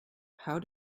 how